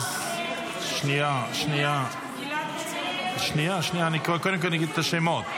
--- שנייה, קודם כול אגיד את השמות.